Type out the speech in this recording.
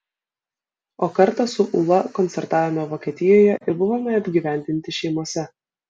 o kartą su ūla koncertavome vokietijoje ir buvome apgyvendinti šeimose